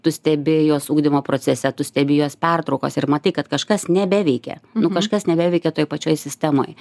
tu stebi juos ugdymo procese tu stebi juos pertraukose ir matai kad kažkas nebeveikia nu kažkas nebeveikia toj pačioj sistemoj